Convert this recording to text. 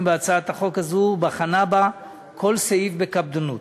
בהצעת החוק הזו ובחנה כל סעיף בה בקפדנות.